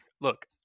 look